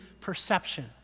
perception